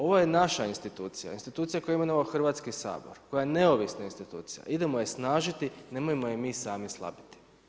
Ovo je naša institucija, institucija koju je imenova Hrvatski sabor, koja je neovisna institucija, idemo ju snažiti, nemojmo ju mi sami slabiti.